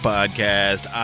Podcast